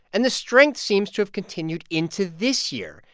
and the strength seems to have continued into this year.